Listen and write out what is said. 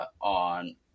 on